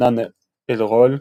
עדנאן אל-רול,